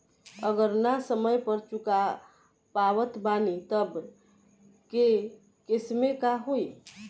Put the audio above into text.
अगर ना समय पर चुका पावत बानी तब के केसमे का होई?